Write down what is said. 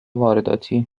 وارداتی